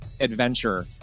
adventure